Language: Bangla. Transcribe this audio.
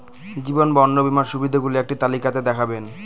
জীবন বা অন্ন বীমার সুবিধে গুলো একটি তালিকা তে দেখাবেন?